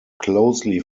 closely